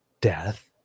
death